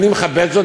אני מכבד זאת.